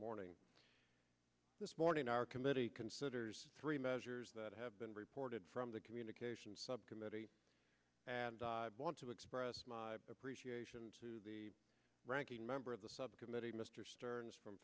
morning this morning our committee considers three measures that have been reported from the communications subcommittee i want to express my appreciation to the ranking member of the subcommittee mr stearns from